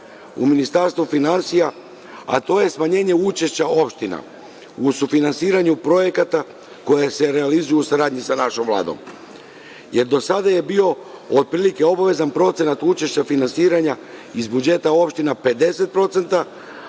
u Ministarstvu finansija, a to je smanjenje učešća opština u sufinansiranju projekata koji se realizuju u saradnji sa našom Vladom. Dakle, do sada je bio otprilike obavezan procenat učešća finansiranja iz budžeta opština 50%,